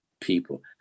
people